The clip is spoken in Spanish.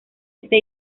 este